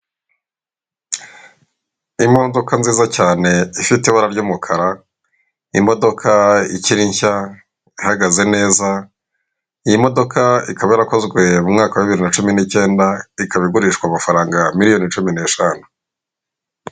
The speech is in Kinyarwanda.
Imodoka nziza cyane ifite ibara ry'umukara, imodoka ikiri nshya ihagaze neza, iyi modoka ikaba yarakozwe mu mwaka wa bibiri na cumi n'icyenda, ikaba igurishwa amafaranga miriyoni cumi n'eshanu.